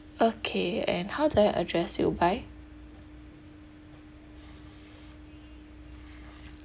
okay and how do I address you by